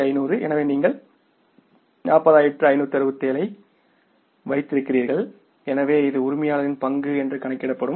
1500 எனவே நீங்கள் 40567 ஐ வைத்திருக்கிறீர்கள் எனவே இது உரிமையாளரின் பங்கு என்று கணக்கிடப்படும்